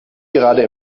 gerade